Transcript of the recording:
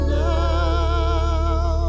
now